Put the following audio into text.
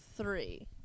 three